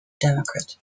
democrat